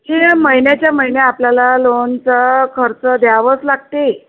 चे महिन्याच्या महिन्या आपल्याला लोनचा खर्च द्यावंच लागते